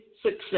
success